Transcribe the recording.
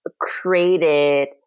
created